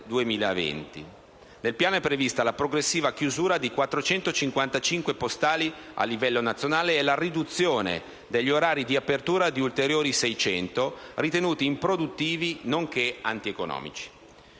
Nel piano è prevista la progressiva chiusura di 455 uffici postali a livello nazionale e la riduzione degli orari di apertura di ulteriori 600, ritenuti improduttivi, nonché antieconomici.